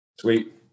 sweet